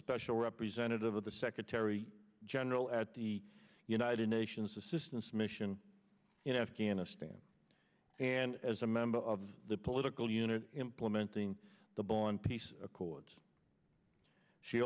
special representative of the secretary general at the united nations assistance mission in afghanistan and as a member of the political unit implementing the bawn peace accords she